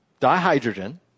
dihydrogen